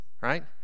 Right